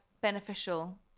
beneficial